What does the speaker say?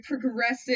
progressive